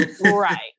Right